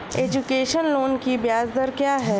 Education loan की ब्याज दर क्या है?